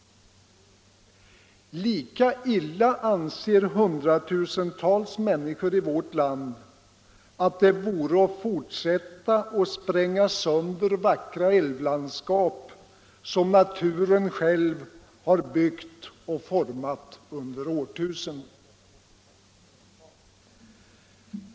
Lika illa anser hundratusentals människor i vårt land att det vore att fortsätta att spränga sönder vackra älvlandskap, som naturen själv har byggt och format under årtusenden.